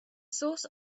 source